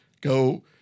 go